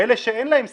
אלה שאין להם סיכון.